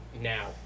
now